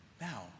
Now